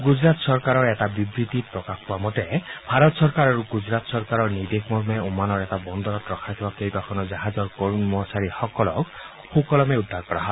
গুজৰাট চৰকাৰৰ এখন চৰকাৰী বিবৃতিত প্ৰকাশ কৰা মতে ভাৰত চৰকাৰ আৰু গুজৰাট চৰকাৰৰ নিৰ্দেশ মৰ্মে অমানৰ এটা বন্দৰত ৰখাই থোৱা কেইবাখনো জাহাজৰ কৰ্মচাৰীসকলক সুকলমে উদ্ধাৰ কৰা হয়